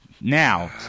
Now